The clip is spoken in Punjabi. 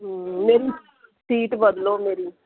ਮੇਰੀ ਸੀਟ ਬਦਲੋ ਮੇਰੀ